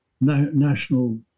national